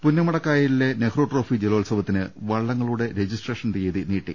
പുന്നമടക്കായയിലെ നെഹ്രും ട്രോഫി ജലോത്സവത്തിന് വള്ളങ്ങളുടെ രജിസ്ട്രേഷൻ തീയതി നീട്ടി